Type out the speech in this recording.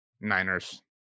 Niners